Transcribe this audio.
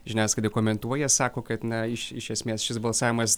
žiniasklaidai komentuoja sako kad na iš iš esmės šis balsavimas